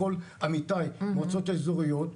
כל עמיתי במועצות האזוריות,